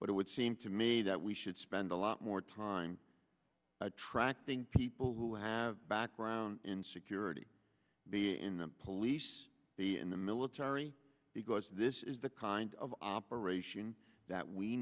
but it would seem to me that we should spend a lot more time attracting people who have a background in security in the police in the military because this is the kind of operation that we